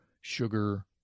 Sugar